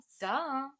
Duh